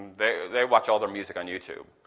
they they watch all their music on youtube.